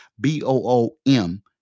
B-O-O-M